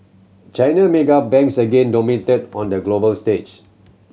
China mega banks again dominated on the global stage